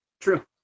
True